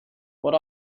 what